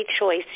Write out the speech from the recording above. choice